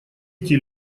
эти